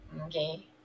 okay